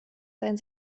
seinen